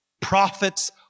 Prophets